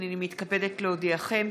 הינני מתכבדת להודיעכם,